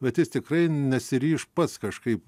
bet jis tikrai nesiryš pats kažkaip